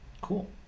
Cool